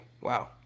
wow